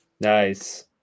Nice